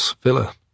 villa